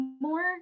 more